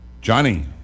Johnny